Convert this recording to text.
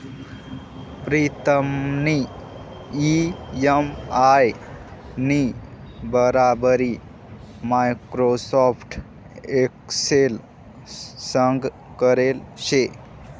प्रीतमनी इ.एम.आय नी बराबरी माइक्रोसॉफ्ट एक्सेल संग करेल शे